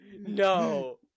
No